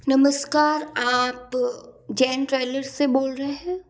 नमस्कार आप जैन ट्रैवलर से बोल रहे हैं